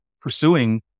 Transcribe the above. pursuing